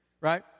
right